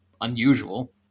unusual